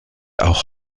auch